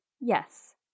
yes